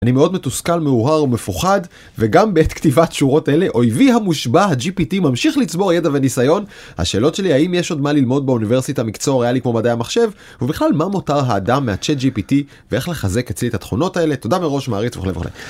אני מאוד מתוסכל מהורהר ומפוחד, וגם בעת כתיבת שורות אלה אויבי המושבע ה-GPT ממשיך לצבור ידע וניסיון. השאלות שלי האם יש עוד מה ללמוד באוניברסיטה מקצוע ריאלי כמו מדעי המחשב, ובכלל מה מותר האדם מה-Chat GPT ואיך לחזק אצלי את התכונות האלה. תודה מראש מעריץ וכו' וכו'.